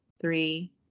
three